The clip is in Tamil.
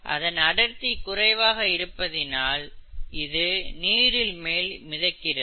இதன் அடர்த்தி குறைவாக இருப்பதினால் இது நீரில் மேல் மிதக்கிறது